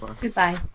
Goodbye